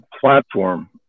platform